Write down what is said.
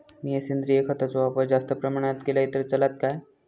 मीया सेंद्रिय खताचो वापर जास्त प्रमाणात केलय तर चलात काय?